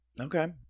okay